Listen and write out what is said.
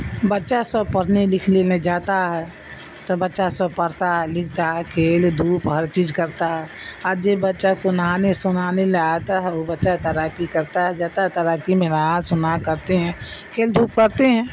بچہ سب پڑھنے لکھ لینے جاتا ہے تو بچہ سب پڑھتا ہے لکھتا ہے کھیل دھوپ ہر چیز کرتا ہے اور جو بچہ کو نہانے سنانے لے آتا ہے وہ بچہ تیراکی کرتا ہے جاتا ہے تیراکی میں نہا سنا کرتے ہیں کھیل دھوپ کرتے ہیں